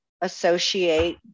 associate